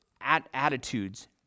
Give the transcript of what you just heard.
attitudes